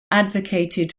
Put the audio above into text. advocated